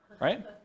Right